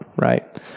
right